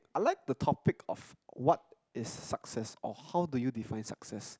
I like the topic of what is success or how do you define success